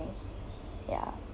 ya